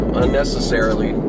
unnecessarily